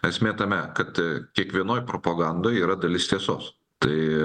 esmė tame kad kiekvienoj propagandoj yra dalis tiesos tai